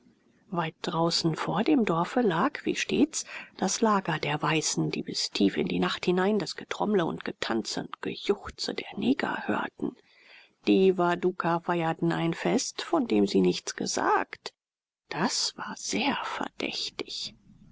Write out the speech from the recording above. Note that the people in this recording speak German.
weit draußen vor dem dorfe lag wie stets das lager der weißen die bis tief in die nacht hinein das getrommle und getanze und gejuchze der neger hörten die waduka feierten ein fest von dem sie nichts gesagt das war sehr verdächtig